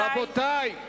רבותי,